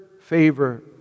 favor